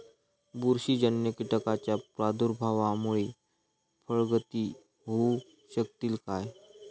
बुरशीजन्य कीटकाच्या प्रादुर्भावामूळे फळगळती होऊ शकतली काय?